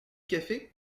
café